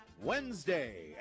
Wednesday